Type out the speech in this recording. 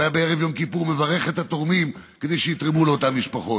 הוא היה בערב יום כיפור מברך את התורמים כדי שיתרמו לאותן משפחות.